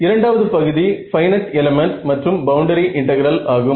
இரண்டாவது பகுதி finite element மற்றும் பவுண்டரி இன்டெகிரல் ஆகும்